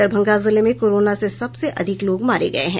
दरभंगा जिले में कोरोना से सबसे अधिक लोग मारे गए हैं